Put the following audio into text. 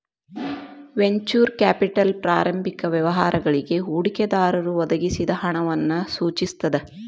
venture capital ಪ್ರಾರಂಭಿಕ ವ್ಯವಹಾರಗಳಿಗಿ ಹೂಡಿಕೆದಾರರು ಒದಗಿಸಿದ ಹಣವನ್ನ ಸೂಚಿಸ್ತದ